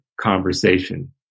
conversation